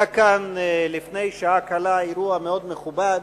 היה כאן לפני שעה קלה אירוע מאוד מכובד